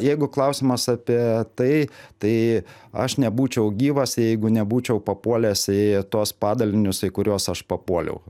jeigu klausimas apie tai tai aš nebūčiau gyvas jeigu nebūčiau papuolęs į tuos padalinius į kuriuos aš papuoliau